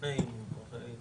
לפני או אחרי האי אמון?